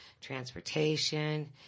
transportation